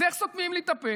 אז איך סותמים לי את הפה?